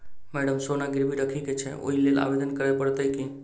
Madam सोना गिरबी राखि केँ छैय ओई लेल आवेदन करै परतै की?